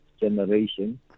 generation